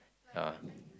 !huh!